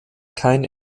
kein